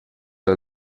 del